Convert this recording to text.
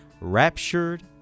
raptured